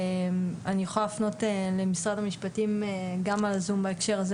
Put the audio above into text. אני יכולה להפנות למשרד המשפטים בהקשר הזה,